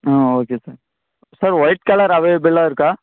ஆ okay sir sir white colour அவைலபிளா இருக்கா